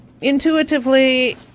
intuitively